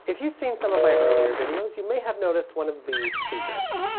if you've seen some of my earlier videos, you may have noticed one of these speakers.